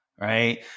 right